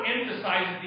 emphasizes